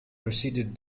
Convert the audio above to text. proceeded